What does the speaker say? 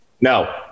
No